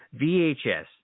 VHS